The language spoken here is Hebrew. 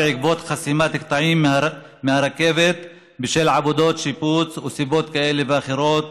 בעקבות חסימת קטעים מהרכבת בשל עבודות שיפוץ וסיבות כאלה ואחרות